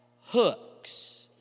hooks